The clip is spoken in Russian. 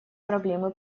проблемы